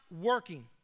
working